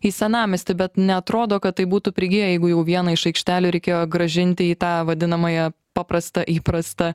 į senamiestį bet neatrodo kad tai būtų prigiję jeigu jau vieną iš aikštelių reikėjo grąžinti į tą vadinamąją paprastą įprastą